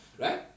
right